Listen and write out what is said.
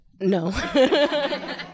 No